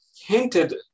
hinted